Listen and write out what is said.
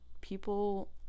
people